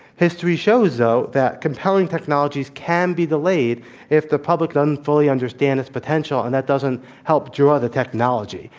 history shows, though, that compelling technologies can be delayed if the public doesn't fully understand its potential, and that doesn't help draw the technology.